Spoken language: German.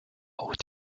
auch